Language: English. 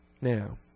Now